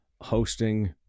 hosting